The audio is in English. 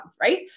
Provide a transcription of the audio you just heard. Right